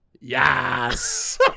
Yes